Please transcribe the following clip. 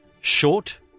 short